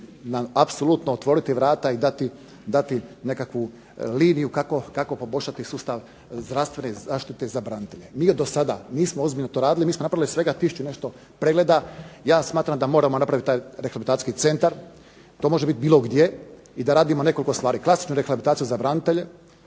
apsolutno otvoriti vrata i dati nekakvu liniju kako poboljšati sustav zdravstvene zaštite za branitelje. …/Ne razumije se./… do sada nismo ozbiljno to radili, mi smo napravili svega tisuću i nešto pregleda, ja smatram da moramo napraviti taj rehabilitacijski centar, to može biti bilo gdje i da radimo nekoliko stvari, klasičnu rehabilitaciju za branitelje